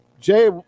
Jay